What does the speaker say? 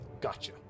Gotcha